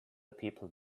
people